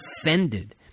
offended